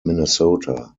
minnesota